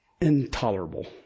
intolerable